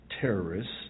terrorists